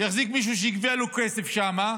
יחזיק מישהו שיגבה לו כסף שם,